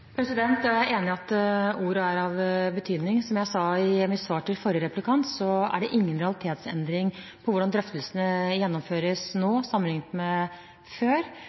Ja, jeg er enig i at ord er av betydning. Som jeg sa i mitt svar til forrige replikant, er det ingen realitetsendring i hvordan drøftelsene gjennomføres nå sammenlignet med før.